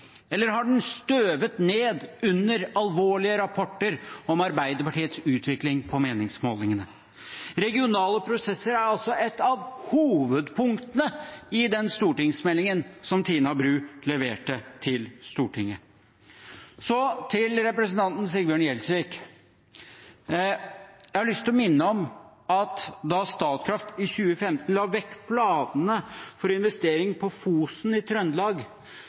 eller har den støvet ned under alvorlige rapporter om Arbeiderpartiets utvikling på meningsmålingene? Regionale prosesser er et av hovedpunktene i den stortingsmeldingen som Tina Bru leverte til Stortinget. Så til representanten Sigbjørn Gjelsvik: Jeg har lyst til å minne om at da Statkraft i 2015 la vekk planene for investering på Fosen i Trøndelag,